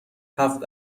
هفت